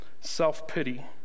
self-pity